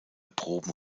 proben